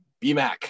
BMAC